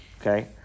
Okay